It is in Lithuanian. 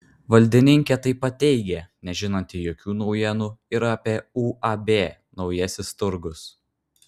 valdininkė taip pat teigė nežinanti jokių naujienų ir apie uab naujasis turgus